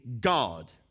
God